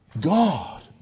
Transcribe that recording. God